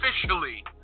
officially